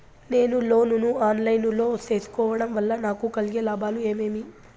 నేను లోను ను online లో సేసుకోవడం వల్ల నాకు కలిగే లాభాలు ఏమేమీ?